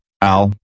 AL